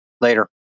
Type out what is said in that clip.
Later